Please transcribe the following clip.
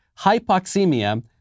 hypoxemia